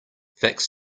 facts